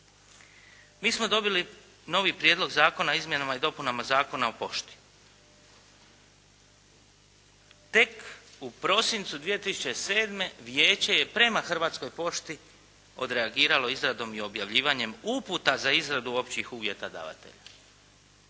mi smo dobili novi Prijedlog zakona o izmjenama i dopunama Zakona o pošti. Tek u prosincu 2007. vijeće je prema Hrvatskoj pošti odreagiralo izradom i objavljivanjem uputa za izradu općih uputa davatelja.